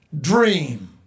dream